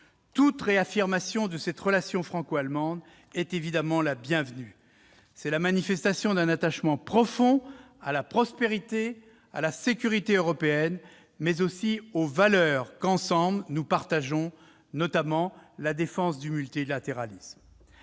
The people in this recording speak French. toute réaffirmation de la relation franco-allemande est évidemment bienvenue. C'est la manifestation d'un attachement profond à la prospérité, à la sécurité européenne, mais aussi aux valeurs que nous partageons, notamment la défense du multilatéralisme.